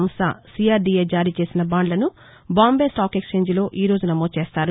సంస్ట సీఆర్టీఏ జారీ చేసిన బాండ్లను బాంబే స్టాక్ ఎక్సేంజ్లో ఈరోజు నమోదు చేస్తారు